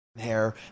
Hair